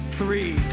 three